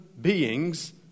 beings